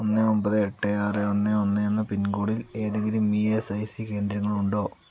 ഒന്ന് ഒൻപത് എട്ട് ആറ് ഒന്ന് ഒന്ന് എന്ന പിൻകോഡിൽ ഏതെങ്കിലും ഇ എസ് ഐ സി കേന്ദ്രങ്ങൾ ഉണ്ടോ